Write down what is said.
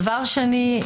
דבר שני,